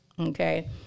okay